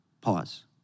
Pause